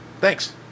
Thanks